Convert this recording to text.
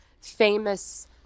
famous